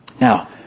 Now